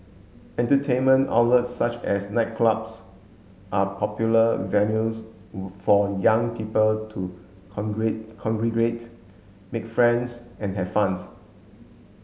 entertainment outlets such as nightclubs are popular venues for young people to congregate make friends and have fun's